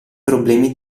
problemi